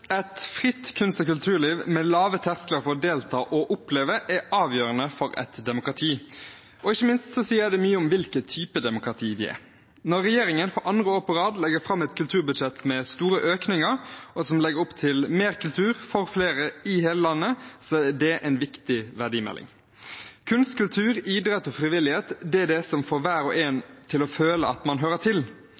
Når regjeringen for andre år på rad legger fram et kulturbudsjett med store økninger som legger opp til mer kultur for flere i hele landet, er det en viktig verdimelding. Kunst, kultur, idrett og frivillighet er det som får hver og en til å føle at de hører til,